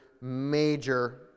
major